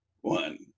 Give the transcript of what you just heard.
one